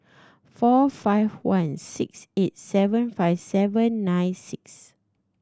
four five one six eight seven five seven nine six